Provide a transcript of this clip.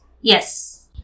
Yes